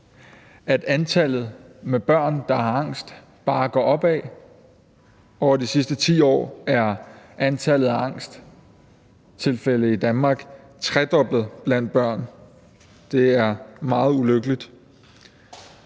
at antallet af børn, der har angst, bare går opad. Over de sidste 10 år er antallet af angsttilfælde i Danmark tredoblet blandt børn. Det er meget ulykkeligt.